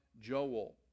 Joel